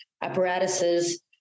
apparatuses